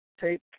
Take